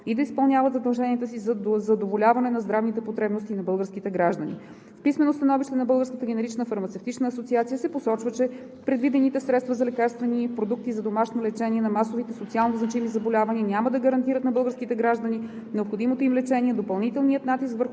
и да изпълняват задълженията си за задоволяване на здравните потребности на българските граждани. В писменото становище на Българската генерична фармацевтична асоциация се посочва, че предвидените средства за лекарствени продукти за домашно лечение на масовите социално-значими заболявания няма да гарантират на българските граждани необходимото им лечение, а допълнителният натиск върху